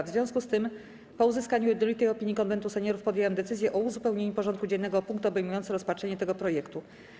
W związku z tym, po uzyskaniu jednolitej opinii Konwentu Seniorów, podjęłam decyzję o uzupełnieniu porządku dziennego o punkt obejmujący rozpatrzenie tego projektu.